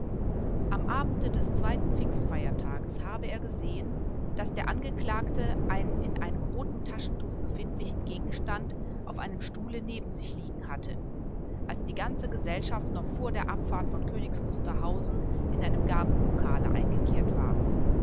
am abende des zweiten pfingstfeiertages habe er gesehen daß der angeklagte einen in einem roten taschentuch befindlichen gegenstand auf einem stuhle neben sich liegen hatte als die ganze gesellschaft noch vor der abfahrt von königs wusterhausen in einem gartenlokale eingekehrt war